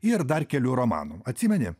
ir dar kelių romanų atsimeni